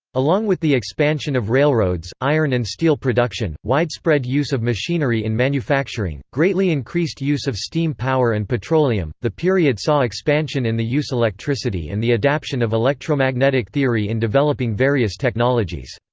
along with the expansion of railroads, iron and steel production, widespread use of machinery in manufacturing, greatly increased use of steam power and petroleum, the period saw expansion in the use electricity and the adaption of electromagnetic theory in developing various technologies.